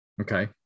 Okay